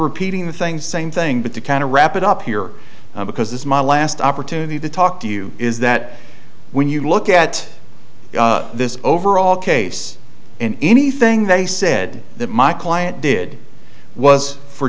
repeating the things same thing but the kind of wrap it up here because this is my last opportunity to talk to you is that when you look at this overall case in anything they said that my client did was for